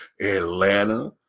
Atlanta